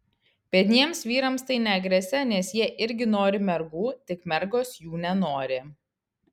biedniems vyrams tai negresia nes jie irgi nori mergų tik mergos jų nenori